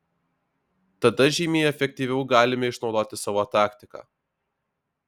tada žymiai efektyviau galime išnaudoti savo taktiką